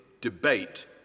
debate